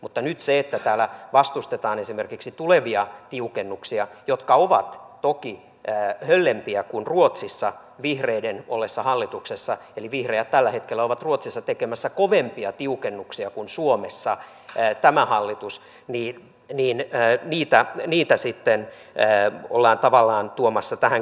mutta nyt täällä vastustetaan esimerkiksi tulevia tiukennuksia jotka ovat toki höllempiä kuin ruotsissa vihreiden ollessa hallituksessa eli vihreät tällä hetkellä ovat ruotsissa tekemässä kovempia tiukennuksia kuin suomessa tämä hallitus ja niitä sitten ollaan tavallaan tuomassa tähän keskusteluun mukaan